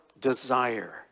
desire